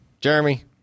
Jeremy